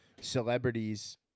celebrities